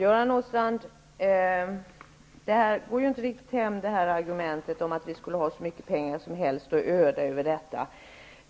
Fru talman! Argumentet att vi skulle ha hur mycket pengar som helst att öda över detta går inte riktigt hem, Göran Åstrand.